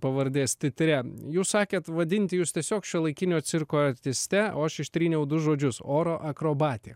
pavardės titre jūs sakėt vadinti jus tiesiog šiuolaikinio cirko artiste o aš ištryniau du žodžius oro akrobatė